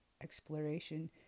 exploration